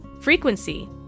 Frequency